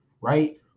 Right